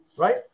Right